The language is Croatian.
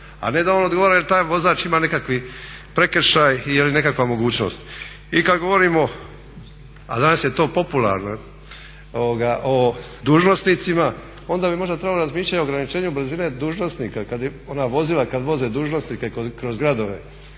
a ne da on odgovara jer taj vozač ima nekakvih prekršaj i je li nekakva mogućnost. I kad govorimo, a danas je to popularno, o dužnosnicima onda bi možda trebalo razmišljati i o ograničenju brzine dužnosnika, ona vozila kad voze dužnosnike kroz gradove,